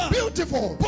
Beautiful